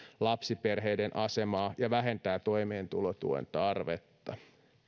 lapsiperheiden asemaa ja vähentää toimeentulotuen tarvetta